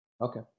Okay